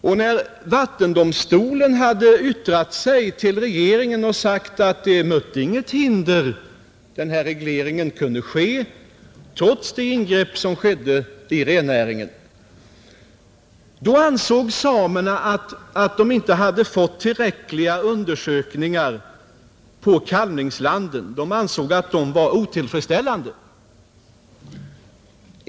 Sedan vattendomstolen hade yttrat sig till regeringen och sagt att regleringen inte mötte något hinder, trots det ingrepp som skedde i rennäringen, uttalade samerna att undersökningarna om kalvningslanden varit otillfredsställande.